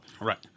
Right